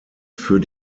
für